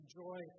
joy